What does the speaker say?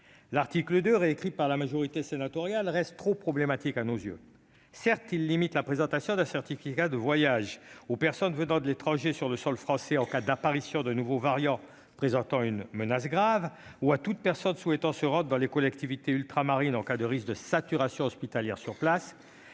L'article 2, réécrit par la majorité sénatoriale, reste trop problématique à nos yeux. Certes, il limite la présentation d'un certificat de voyage aux personnes venant de l'étranger sur le sol français en cas d'apparition d'un nouveau variant présentant une menace grave, ou à toute personne souhaitant se rendre dans les collectivités ultramarines en cas de risque de saturation hospitalière sur place.